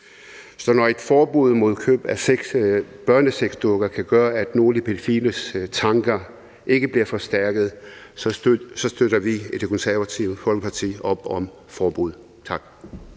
Så når et forbud mod køb af børnesexdukker kan gøre, at nogle pædofiles tanker ikke bliver forstærket, støtter vi i Det Konservative Folkeparti op om et forbud. Tak.